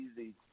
easy